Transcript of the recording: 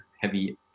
heavy